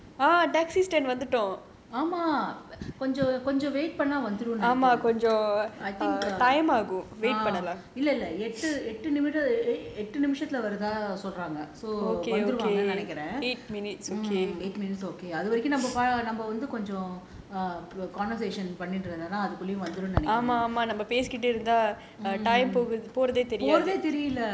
ஆமா கொஞ்சம் கொஞ்சம்:aama konjam konjam very பண்ணுனா வந்துருன்னு நினைக்குறேன்:pannuna vanthurunnu ninaikuraen I think err இல்ல இல்ல எட்டு நிமிடம் எட்டு நிமிஷத்துல வரதா சொல்றாங்க வந்துருவாங்க நினைக்குறாங்க:illa illa ettu nimidam ettu nimishathula varatha solraanga vanthurunnu ninaikuraen I think err அதுவரைக்கும் நம்ம வந்து கொஞ்சம் பண்ணிட்டு இருக்கலாம் அதுக்குள்ளையும் வந்துருன்னு நினைக்குறேன்:athuvaraikum namma konjam pannitu irukalaam athukullayum vanthurunnu ninaikuraen eight minutes okay